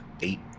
Eight